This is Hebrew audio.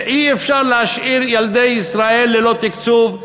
שאי-אפשר להשאיר את ילדי ישראל ללא תקצוב,